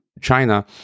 China